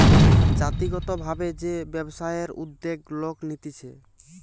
জাতিগত ভাবে যে ব্যবসায়ের উদ্যোগ লোক নিতেছে